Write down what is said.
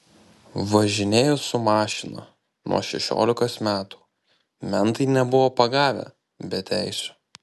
važinėju su mašina nuo šešiolikos metų mentai nebuvo pagavę be teisių